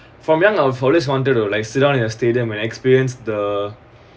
from young I have always wanted to like sit down in a stadium and experience the